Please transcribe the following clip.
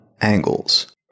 angles